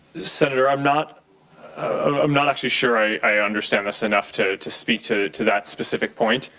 senator, i'm not ah um not actually sure i understand this enough to to speak to to that specific point.